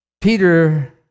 Peter